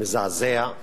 מזעזע,